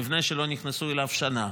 מבנה שלא נכנסו אליו שנה,